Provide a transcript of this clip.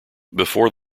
before